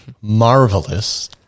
marvelous